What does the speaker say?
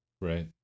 Right